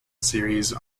series